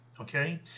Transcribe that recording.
okay